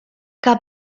que